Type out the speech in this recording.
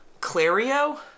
Clario